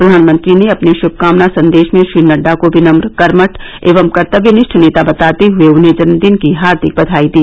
प्रधानमंत्री ने अपने श्भकामना संदेश में श्री नड्डा को विनम्र कर्मठ एवं कर्तव्यनिष्ठ र्नता बताते हए उन्हें जन्मदिन की हार्दिक बधाई दी